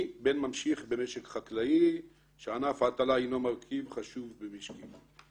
בן ממשיך במשק חקלאי שענף ההטלה הנו מרכיב חשוב במשקנו.